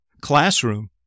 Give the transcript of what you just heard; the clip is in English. classroom